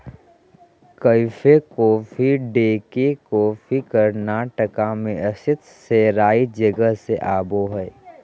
cafe coffee day के coffee Karnataka मे स्थित सेराई जगह से आवो हय